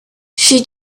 she